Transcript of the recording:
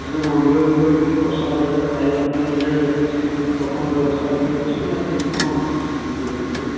ସେ ସବୁ ମନ୍ଦିର ଭିତରେ କିଛି ପ୍ରସାଦ ହେରିକା ଖାଇବାପାଇଁ ହେଲେ କିଛି ତା ଟୋକନ୍ ବ୍ୟବସ୍ତା ଅଛି କି ନା କେମିତି କଣ ପରିସ୍ଥିତି ମନ୍ଦିର ଭିତରେ